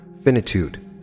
finitude